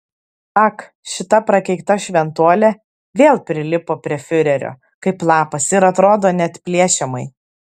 ak šita prakeikta šventuolė vėl prilipo prie fiurerio kaip lapas ir atrodo neatplėšiamai